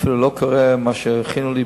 אפילו לא קורא את התשובה שהכינו לי,